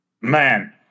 man